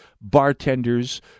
bartenders